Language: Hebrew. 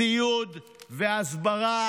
ציוד והסברה.